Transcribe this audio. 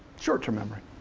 short-term memory.